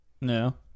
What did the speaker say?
No